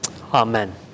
Amen